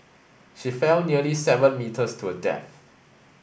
she fell nearly seven metres to her death